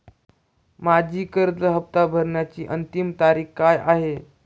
माझी कर्ज हफ्ता भरण्याची अंतिम तारीख काय आहे?